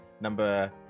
number